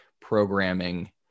programming